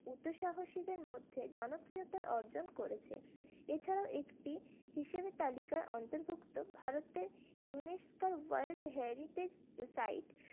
উৎসাহীদের মধ্যে জনপ্রিয়তা অর্জন করেছে এছাড়াও একটি হিসেবের তালিকায় অন্তর্ভুক্ত ভারতের ইউনেস্কো ওয়ার্ল্ড হেরিটেজ সাইট